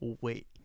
wait